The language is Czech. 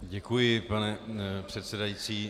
Děkuji, pane předsedající.